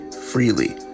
freely